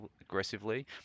aggressively